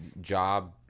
job